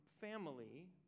family